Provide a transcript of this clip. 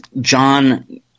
John